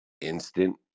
instant